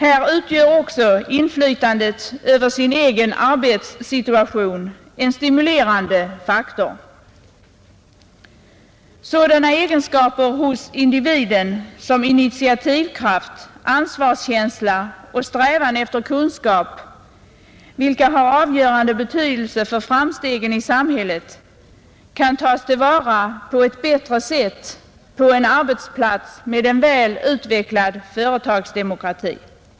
Här utgör också inflytandet över den egna arbetssituationen en stimulerande faktor. Sådana egenskaper hos individen som initiativkraft, ansvarskänsla och strävan efter kunskap, vilka har avgörande betydelse för framstegen i samhället, kan tas till vara på ett bättre sätt på en arbetsplats med en väl utvecklad företagsdemokrati.